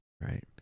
Right